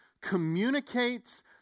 communicates